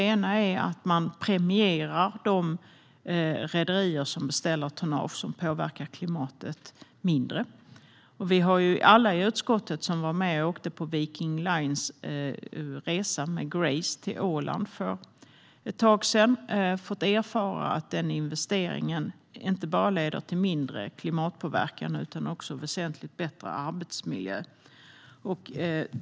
En är att man premierar de rederier som beställer tonnage som påverkar klimatet mindre. Alla i utskottet som var med på Viking Lines resa med Grace till Åland för ett tag sedan har fått erfara att den investeringen inte bara leder till mindre klimatpåverkan utan också väsentligt bättre arbetsmiljö.